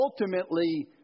ultimately